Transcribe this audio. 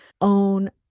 own